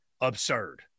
absurd